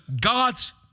God's